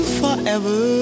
forever